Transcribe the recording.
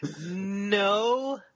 No